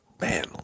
man